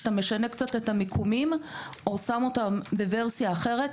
כשאתה משנה קצת את המיקומים או שם אותם בוורסיה אחרת,